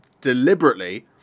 deliberately